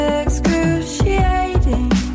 excruciating